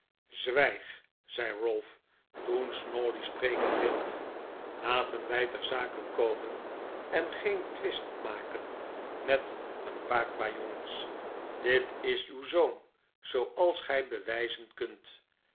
zwijg zei ralph toen snawley spreken wilde laten wij ter zake komen en geen twist maken met een paar kwajongens dit is uw zoon zooals gij bewijzen kunt